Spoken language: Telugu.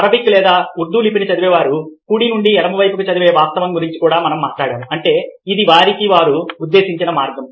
అరబిక్ లేదా ఉర్దూ లిపిని చదివే వారు కుడి నుండి ఎడమకు చదివే వాస్తవం గురించి కూడా మనం మాట్లాడాము అంటే ఇది వారికి వారు ఉద్దేశించిన మార్గం